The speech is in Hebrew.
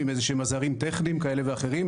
עם איזה שהם עזרים טכניים כאלה ואחרים.